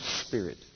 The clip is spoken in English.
spirit